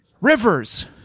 Rivers